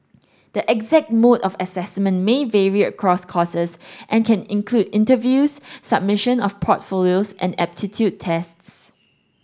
the exact mode of assessment may vary across courses and can include interviews submission of portfolios and aptitude tests